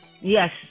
Yes